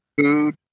food